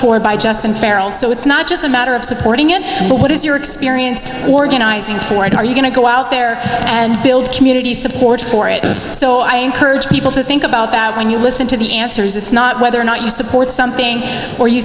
feral so it's not just a matter of supporting it but what is your experience organizing for it are you going to go out there and build community support for it so i encourage people to think about that when you listen to the answers it's not whether or not you support something or you